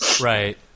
right